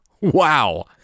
Wow